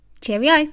Cheerio